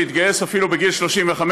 הוא התגייס אפילו בגיל 35,